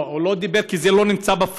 לא, הוא לא דיבר, כי זה לא נמצא בפועל.